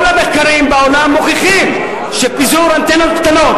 כל המחקרים בעולם מוכיחים שפיזור אנטנות קטנות